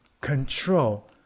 control